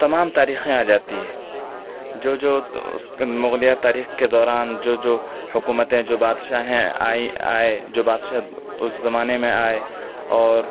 تمام تاریخیں آ جاتی ہیں جو جو مغلیہ تاریخ کے دوران جو جو حکومتیں جو بادشاہیں آئیں آئے جو بادشاہ اُس زمانہ میں آئے اور